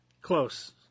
close